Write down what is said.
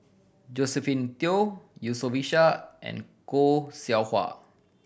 Josephine Teo Yusof Ishak and Khoo Seow Hwa